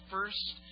First